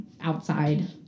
outside